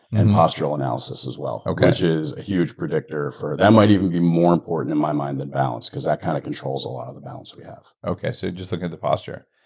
and postural analysis as well. which is a huge predictor for, that might even be more important, in my mind, than balance, because that kind of controls a lot of the balance we have. okay, so just look at the posture.